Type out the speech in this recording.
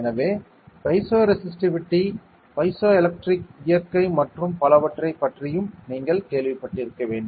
எனவே piezo resistivity piezo electric இயற்கை மற்றும் பலவற்றைப் பற்றியும் நீங்கள் கேள்விப்பட்டிருக்க வேண்டும்